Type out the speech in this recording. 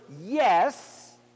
Yes